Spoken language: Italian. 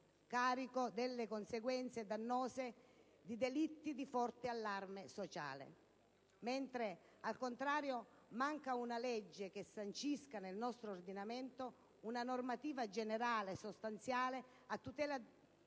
carico delle conseguenze dannose di delitti di forte allarme sociale. Al contrario, manca una legge che sancisca nel nostro ordinamento una normativa generale sostanziale a tutela di